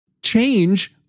change